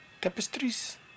Tapestries